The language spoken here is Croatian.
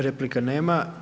Replika nema.